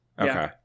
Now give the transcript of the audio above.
Okay